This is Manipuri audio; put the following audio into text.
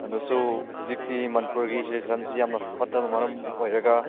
ꯑꯗꯨꯁꯨ ꯍꯧꯖꯤꯛꯇꯤ ꯃꯅꯤꯄꯨꯔꯒꯤꯁꯦ ꯁꯤꯆꯨꯌꯦꯁꯟꯁꯤ ꯌꯥꯝꯅ ꯐꯠꯇꯕ ꯃꯔꯝ ꯑꯣꯏꯔꯒ